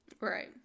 right